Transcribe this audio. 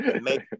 make